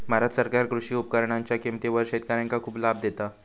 भारत सरकार कृषी उपकरणांच्या किमतीवर शेतकऱ्यांका खूप लाभ देता